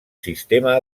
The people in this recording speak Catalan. sistema